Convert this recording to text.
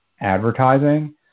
advertising